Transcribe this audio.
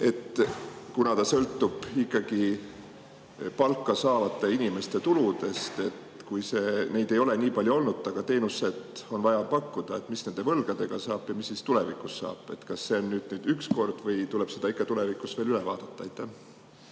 et ta sõltub ikkagi palka saavate inimeste tuludest. Neid ei ole nii palju olnud, aga teenuseid on vaja pakkuda. Mis siis nende võlgadega saab ja mis tulevikus saab? Kas see on nüüd üks kord või tuleb seda ikka tulevikus veel üle vaadata? Aitäh,